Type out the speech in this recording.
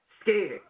scared